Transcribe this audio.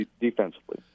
defensively